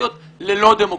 מדמוקרטיות ללא דמוקרטיות.